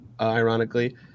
ironically